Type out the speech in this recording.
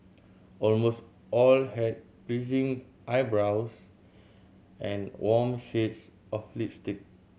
almost all had pleasing eyebrows and warm shades of lipstick